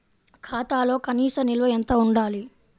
ఖాతాలో కనీస నిల్వ ఎంత ఉండాలి?